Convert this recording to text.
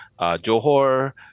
Johor